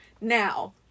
Now